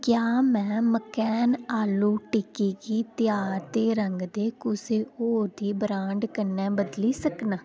क्या में मकैन आलू टिक्की गी तेहार दे रंग दे कुसै होर दी ब्रैंड कन्नै बदली सकनां